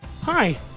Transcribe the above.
Hi